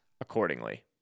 accordingly